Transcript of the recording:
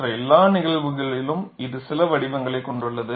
மற்ற எல்லா நிகழ்வுகளிலும் இது சில வடிவங்களைக் கொண்டுள்ளது